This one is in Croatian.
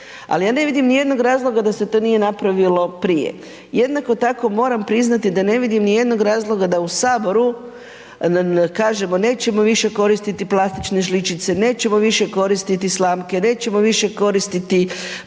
ali ja ne vidim niti jednog razloga da se to nije napravilo prije. Jednako tako moram priznati da ne vidim ni jednog razloga da u saboru kažemo nećemo više koristiti plastične žličice, nećemo više koristiti slamke, nećemo više koristiti